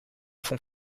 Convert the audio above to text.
font